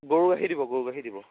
গৰু গাখীৰ দিব গৰু গাখীৰ দিব